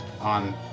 on